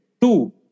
Two